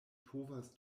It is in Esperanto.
povas